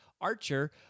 Archer